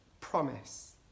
promise